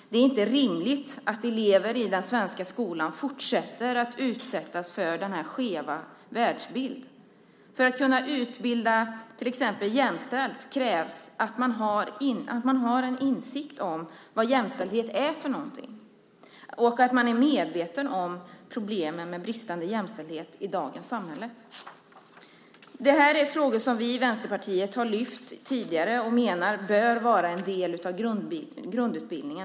Det är inte rimligt att elever i den svenska skolan fortsätter att utsättas för denna skeva världsbild. För att till exempel kunna utbilda jämställt krävs det att man har en insikt om vad jämställdhet är för något och att man är medveten om problemen med bristande jämställdhet i dagens samhälle. Det här är frågor som vi i Vänsterpartiet har lyft fram tidigare och som vi menar bör vara en del av grundutbildningen.